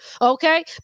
Okay